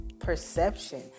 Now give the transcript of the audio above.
Perception